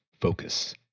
focus